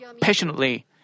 passionately